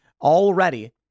already